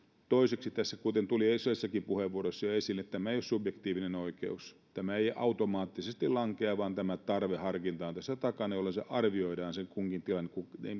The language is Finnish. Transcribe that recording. toiseksi kuten tuli edellisissäkin puheenvuoroissa jo esille tämä ei ole subjektiivinen oikeus tämä ei automaattisesti lankea vaan tarveharkinta on tässä takana jolloin arvioidaan kunkin tilanne